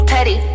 Petty